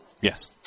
Yes